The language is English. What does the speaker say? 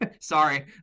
Sorry